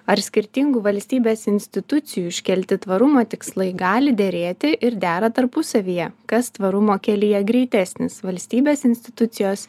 ar skirtingų valstybės institucijų iškelti tvarumo tikslai gali derėti ir dera tarpusavyje kas tvarumo kelyje greitesnis valstybės institucijos